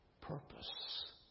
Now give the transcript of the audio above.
purpose